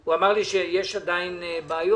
הוא אמר לי שיש עדיין בעיות.